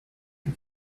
can